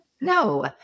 No